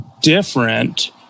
different